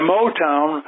Motown